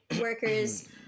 workers